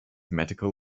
medical